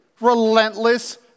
Relentless